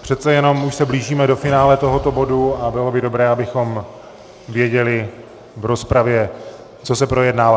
přece jenom už se blížíme do finále tohoto bodu a bylo by dobré, abychom věděli v rozpravě, co se projednává.